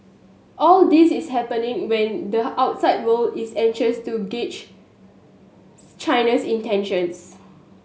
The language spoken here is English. all this is happening when the outside world is anxious to gauge China's intentions